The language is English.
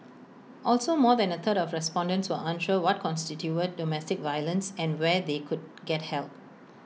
also more than A third of respondents were unsure what constituted domestic violence and where they could get help